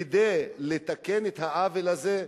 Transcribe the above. לתקן את העוול הזה?